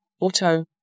auto